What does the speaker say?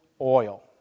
oil